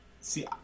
See